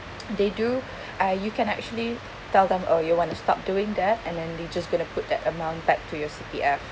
they do uh you can actually tell them oh you want to stop doing that and then they just going to put that amount back to your C_P_F